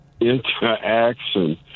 interaction